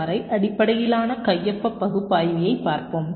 R அடிப்படையிலான கையொப்ப பகுப்பாய்வியைப் பார்ப்போம்